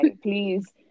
please